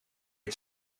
het